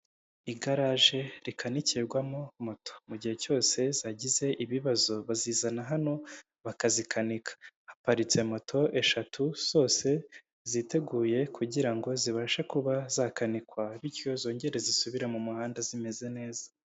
Igaraje rikanikirwamo moto mu gihe cyose zagize ibibazo bazizana hano bakazikanika, haparitse moto eshatu zose ziteguye kugira ngo zibashe kuba zakanikwa bityo zongere zisubire mu muhanda zimeze neza.